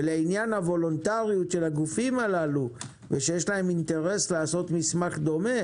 ולעניין הוולונטריות של הגופים האלה ושיש להם אינטרס לעשות מסמך דומה